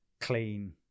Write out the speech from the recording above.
clean